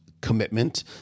commitment